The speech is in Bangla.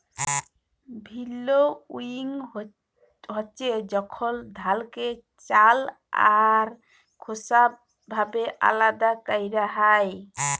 ভিল্লউইং হছে যখল ধালকে চাল আর খোসা ভাবে আলাদা ক্যরা হ্যয়